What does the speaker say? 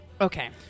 Okay